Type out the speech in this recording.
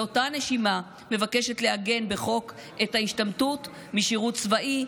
באותה נשימה מבקשת לעגן בחוק את ההשתמטות משירות צבאי,